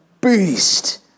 beast